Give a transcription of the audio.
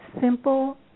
simple